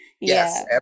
Yes